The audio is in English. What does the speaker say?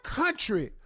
country